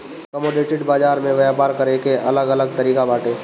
commodity बाजार में व्यापार करे के अलग अलग तरिका बाटे